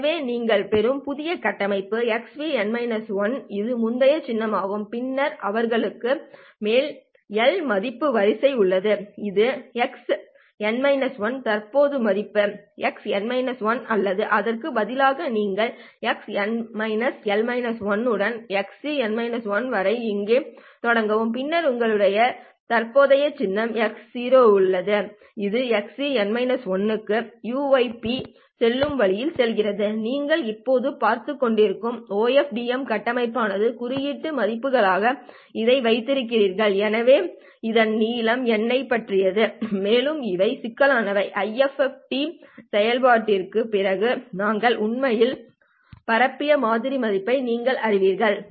எனவே நீங்கள் பெறும் புதிய கட்டமைப்பு xp இது முந்தைய சின்னமாகும் பின்னர் அவளுக்கு மேல் எல் மதிப்பின் வரிசை உள்ளது இது x தற்போதைய மதிப்பு x அல்லது அதற்கு பதிலாக நீங்கள் x n உடன் xc வரை இங்கே தொடங்கவும் பின்னர் உங்களிடம் தற்போதைய சின்னம் xc உள்ளது இது xc க்கு uyp செல்லும் வழியில் செல்கிறது நீங்கள் இப்போது பார்த்துக் கொண்டிருக்கும் OFDM கட்டமைப்பானது குறியீட்டு மதிப்புகளாக இதை வைத்திருக்கிறது எனவே இதன் நீளம் n ஐப் பற்றியது மேலும் இவை சிக்கலானவை IFFT செயல்பாட்டிற்குப் பிறகு நாங்கள் உண்மையில் பரப்பிய மாதிரி மதிப்பை நீங்கள் அறிவீர்கள்